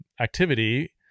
activity